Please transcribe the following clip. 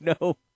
no